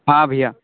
हाँ भैया